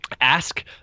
Ask